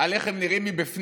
על איך הם נראים מבפנים,